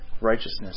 righteousness